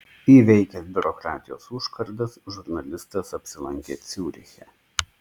įveikęs biurokratijos užkardas žurnalistas apsilankė ciuriche